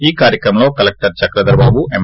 ఈ కార్యక్రమంలో కలెక్టర్ చక్రధర్ బాబు ఎం